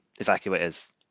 Evacuators